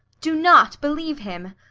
do not believe him.